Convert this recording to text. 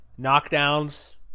Knockdowns